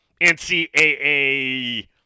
NCAA